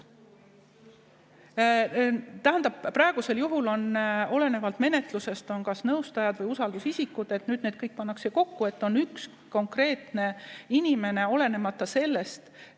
Tähendab, praegusel juhul on olenevalt menetlusest kas nõustajad või usaldusisikud. Nüüd need kõik pannakse kokku, nii et on üks konkreetne inimene, kes